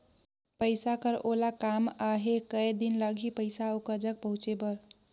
पइसा कर ओला काम आहे कये दिन लगही पइसा ओकर जग पहुंचे बर?